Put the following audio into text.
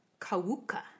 Kawuka